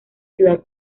ciudad